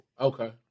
Okay